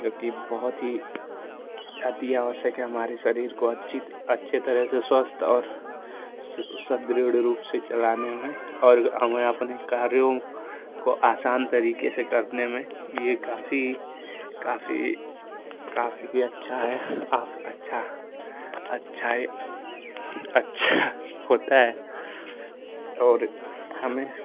जो कि बहुत ही अति आवश्यक है हमारे शरीर को अच्छी अच्छे तरह से स्वस्थ और सुदृढ़ रूप से चलाने में और और हमें अपने कार्यों को आसान तरीके से करने में ये काफ़ी काफ़ी काफ़ी अच्छा है आस अच्छा अच्छा अच्छा होता है और हमें